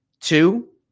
Two